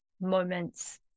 moments